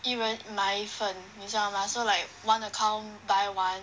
一人买一份你知道吗 so like one account buy one